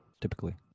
typically